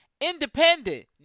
independent